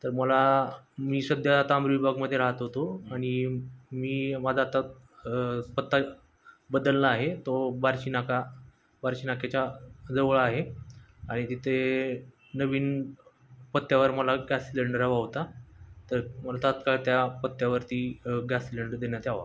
तर मला मी सध्या तांबरी विभागमध्ये राहत होतो आणि मी माझा आता पत्ता बदलला आहे तो बार्शी नाका बार्शी नाक्याच्या जवळ आहे आणि तिथे नवीन पत्त्यावर मला गॅस सिलेंडर हवा होता तर मला तात्काळ त्या पत्त्यावरती गॅस सिलेंडर देण्यात यावा